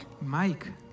Mike